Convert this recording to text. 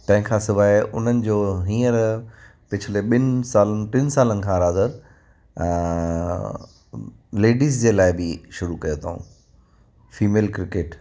तंहिंखां सवाइ उन्हनि जो हींअर पिछले ॿिन सालनि टिनि सालनि खां रादर लेडीज़ जे लाइ बि शुरू कयो अथऊं फीमेल क्रिकेट